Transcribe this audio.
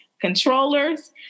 Controllers